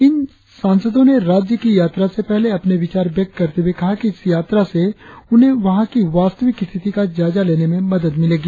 इन सांसदों ने राज्य की यात्रा से पहले अपने विचार व्यक्त करते हुए कहा कि इस यात्रा से उन्हें वहां की वास्तविक स्थिति का जायजा लेने में मदद मिलेगी